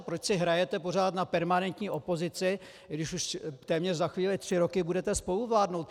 Proč si hrajete pořád na permanentní opozici, když už téměř za chvíli tři roky budete spoluvládnout?